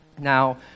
Now